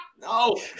No